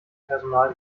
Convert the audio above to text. personal